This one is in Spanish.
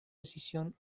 decisión